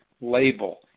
label